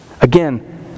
Again